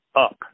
up